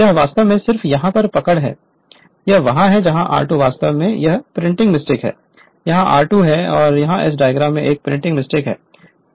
यह वास्तव में सिर्फ यहाँ पर पकड़ है यह वहाँ है इस r2 वास्तव में यह प्रिंटिंग मिस्टेक है यहाँ r2 है यहाँ इस डायग्राम में यह एक प्रिंटिंग मिस्टेक है